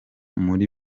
muri